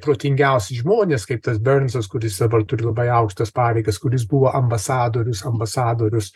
protingiausi žmonės kaip tas bernsas kuris dabar turi labai aukštas pareigas kuris buvo ambasadorius ambasadorius